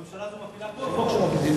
הממשלה הזאת מפילה כל חוק של האופוזיציה.